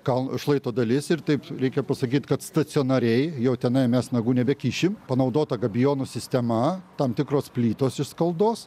kalno šlaito dalis ir taip reikia pasakyti kad stacionariai jau tenai mes nagų nebekišim panaudota gabijonų sistema tam tikros plytos iš skaldos